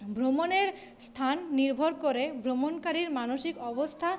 ভ্রমণের স্থান নির্ভর করে ভ্রমণকারীর মানসিক অবস্থা